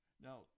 Now